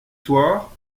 soirs